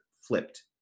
flipped